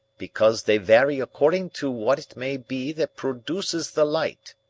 because they vary according to what it may be that produces the light.